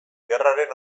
gerraren